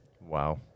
wow